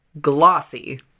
Glossy